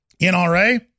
NRA